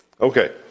Okay